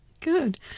good